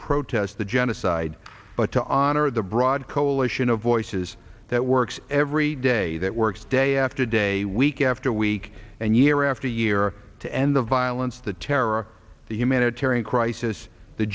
protest the genocide but to honor the broad coalition of voices that works every day that works day after day week after week and year after year to end the violence the terror the humanitarian crisis the